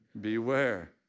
beware